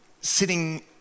sitting